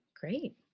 Great